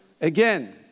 Again